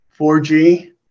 4g